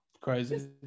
Crazy